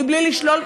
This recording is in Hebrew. בלי לשלול,